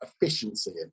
efficiency